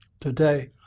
Today